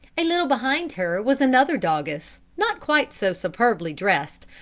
a little behind her was another doggess, not quite so superbly dressed,